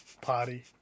party